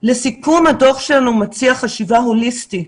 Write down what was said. לסיכום הדוח שלנו מציע חשיבה הוליסטית